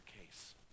case